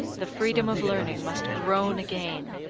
the freedom of learning must groan again,